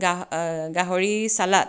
গা গাহৰি চালাড